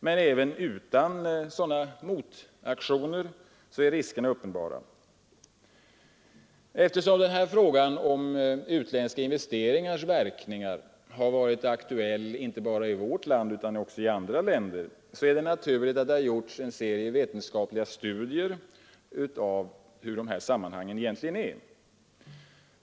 Men även utan sådana motaktioner är riskerna uppenbara. Eftersom frågan om utländska investeringars verkningar har varit aktuell inte bara i vårt land utan också i andra länder är det naturligt att det har gjorts en serie vetenskapliga studier beträffande sammanhangen.